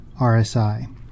RSI